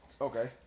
Okay